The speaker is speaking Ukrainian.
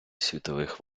світових